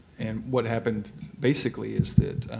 and what happened basically is that